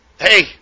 hey